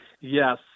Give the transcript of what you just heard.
Yes